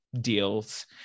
deals